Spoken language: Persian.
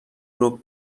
ربع